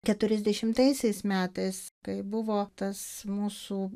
keturiasdešimtaisiais metais kai buvo tas mūsų